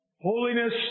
Holiness